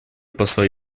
посла